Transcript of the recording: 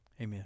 Amen